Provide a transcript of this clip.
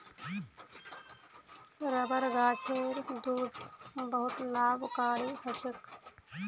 rubber गाछेर दूध बहुत लाभकारी ह छेक